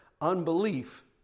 unbelief